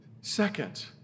second